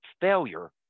failure